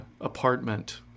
apartment